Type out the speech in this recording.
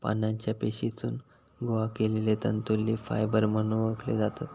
पानांच्या पेशीतसून गोळा केलले तंतू लीफ फायबर म्हणून ओळखले जातत